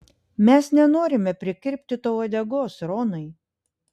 mes nenorime prikirpti tau uodegos ronai